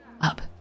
up